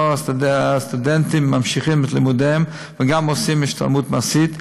שבה הסטודנטים ממשיכים את לימודיהם וגם עושים השתלמות מעשית,